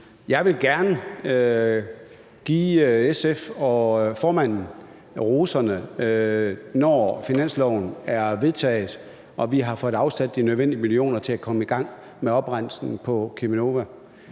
Jeg vil gerne give SF og formanden roserne, når finansloven er vedtaget og vi har fået afsat de nødvendige millioner til at komme i gang med oprensning på Cheminova.